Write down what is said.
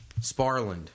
Sparland